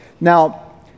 Now